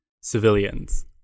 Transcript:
civilians